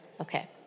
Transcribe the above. Okay